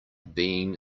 being